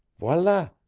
voila,